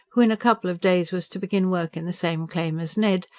who in a couple of days was to begin work in the same claim as ned,